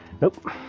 Nope